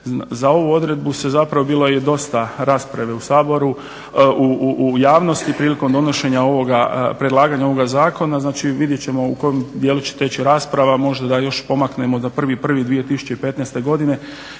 Za ovo odredbu je zapravo bilo dosta rasprave u Saboru u javnosti prilikom donošenja ovoga, predlaganje ovoga zakona. Znači vidjet ćemo u kojem djelu će teći rasprava. Možda da još pomaknemo da 1.1.2015.godine